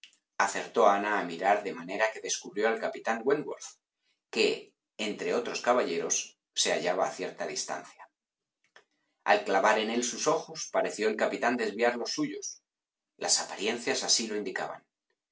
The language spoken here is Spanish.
acertó ana a mirar de manera que descubrió al capitán wentworth que entre otros caballeros se hallaba a cierta distancia al clavar en él sus ojos pareció el capitán desviar los suyos las apariencias así lo indicaban